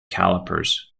calipers